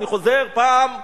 אני חוזר בפעם האלף: